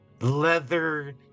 leather